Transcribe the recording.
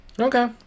Okay